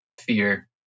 fear